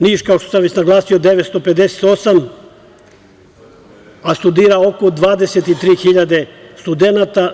Niš, kao što sam već naglasio, 958, a studira oko 23 hiljade studenata.